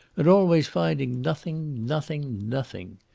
and always finding nothing nothing nothing.